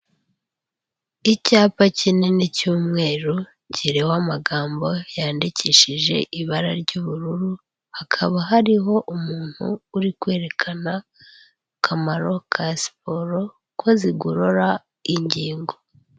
Icyapa kinini cy'umweru kirebareba amagambo yandikishije ibara ry'ubururu, hakaba hariho umuntu uri kwerekana akamaro ka siporo ko zigorora ingingo.